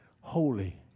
Holy